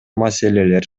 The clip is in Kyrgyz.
маселелер